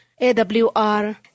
AWR